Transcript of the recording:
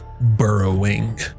burrowing